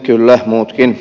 kyllä muutkin